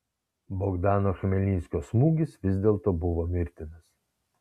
bogdano chmelnickio smūgis vis dėlto buvo mirtinas